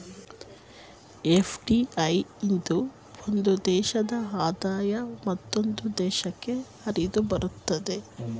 FDI ಇಂದ ಒಂದು ದೇಶದ ಆದಾಯ ಮತ್ತೊಂದು ದೇಶಕ್ಕೆ ಹರಿದುಬರುತ್ತದೆ